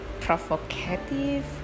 provocative